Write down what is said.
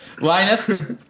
Linus